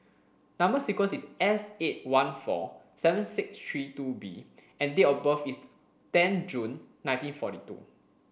number sequence is S eight one four seven six three two B and date of birth is ten June nineteen forty two